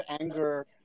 anger